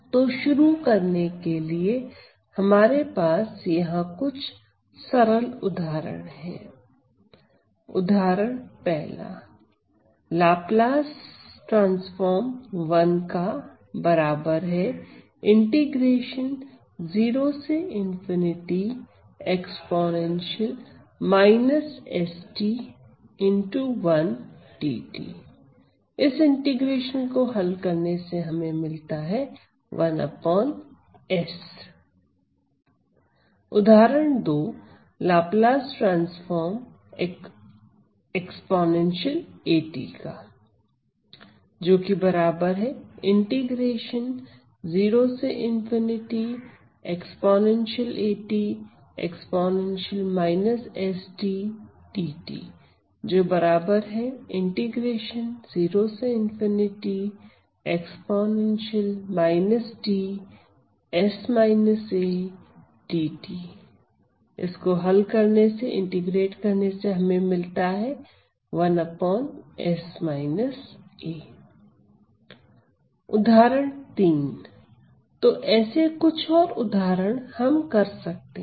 तो शुरू करने के लिए हमारे पास यहां पर कुछ सरल उदाहरण है उदाहरण 1 उदाहरण 2 उदाहरण 3 तो ऐसे कुछ और उदाहरण हम कर सकते हैं